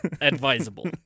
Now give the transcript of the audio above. advisable